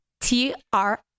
T-R-